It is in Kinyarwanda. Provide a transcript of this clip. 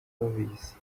babizi